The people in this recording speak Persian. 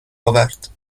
آورد